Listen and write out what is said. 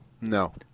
No